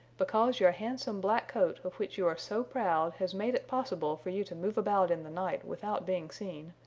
because your handsome black coat of which you are so proud has made it possible for you to move about in the night without being seen,